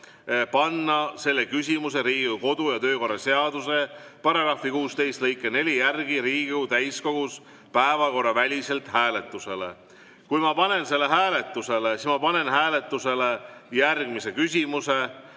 panna selle küsimuse Riigikogu kodu‑ ja töökorra seaduse § 16 lõike 4 järgi Riigikogu täiskogus päevakorraväliselt hääletusele. Kui ma panen selle hääletusele, siis ma panen hääletusele järgmise küsimuse.